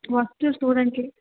worst ஸ்டூடண்ட்டிலே